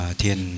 thiền